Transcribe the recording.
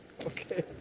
Okay